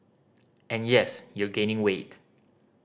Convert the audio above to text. and yes you're gaining weight